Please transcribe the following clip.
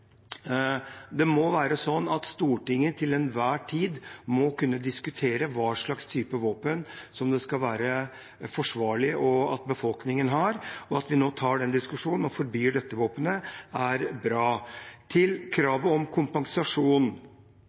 Det må være sånn at Stortinget til enhver tid må kunne diskutere hva slags typer våpen som det er forsvarlig at befolkningen har, og at vi når tar den diskusjonen og forbyr dette våpenet, er bra. Til kravet om kompensasjon: